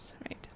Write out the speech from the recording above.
right